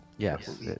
Yes